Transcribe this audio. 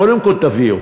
קודם כול, תביאו.